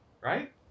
right